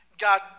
God